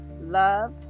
love